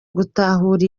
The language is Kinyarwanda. gutahura